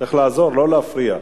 צריך לעזור ולא להפריע.